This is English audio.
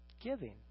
giving